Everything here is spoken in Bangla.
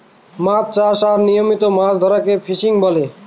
মাছ চাষ আর নিয়মিত মাছ ধরাকে ফিসিং বলে